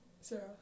Sarah